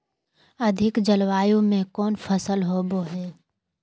अधिक जलवायु में कौन फसल होबो है?